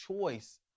choice